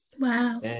Wow